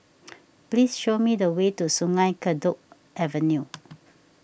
please show me the way to Sungei Kadut Avenue